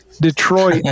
detroit